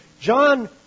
John